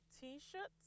t-shirts